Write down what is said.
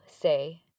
say